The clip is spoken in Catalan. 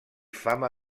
fama